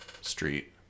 Street